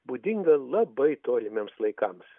būdinga labai tolimiems laikams